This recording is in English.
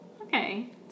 Okay